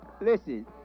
Listen